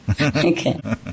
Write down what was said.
Okay